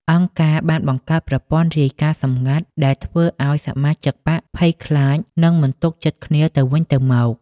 អង្គការបានបង្កើតប្រព័ន្ធរាយការណ៍សម្ងាត់ដែលធ្វើឱ្យសមាជិកបក្សភ័យខ្លាច និងមិនទុកចិត្តគ្នាទៅវិញទៅមក។